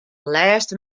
lêste